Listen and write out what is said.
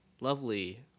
lovely